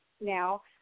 now